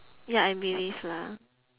ya I believe lah